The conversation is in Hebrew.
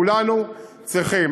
כולנו צריכים.